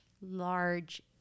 large